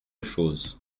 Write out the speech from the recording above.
chose